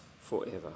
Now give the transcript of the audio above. forever